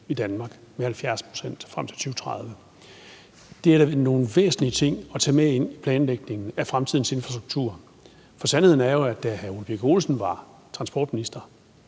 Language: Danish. i Danmark med 70 pct. frem mod 2030. Det er da nogle væsentlige ting at tage med i planlægningen af fremtidens infrastruktur, for sandheden er jo, at da hr. Ole Birk Olesen var transportminister,